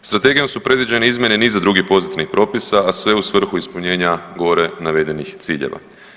Strategijom su predviđene izmjene i niza drugih pozitivnih propisa, a sve u svrhu ispunjenja gore navedenih ciljeva.